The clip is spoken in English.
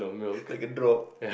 like a drop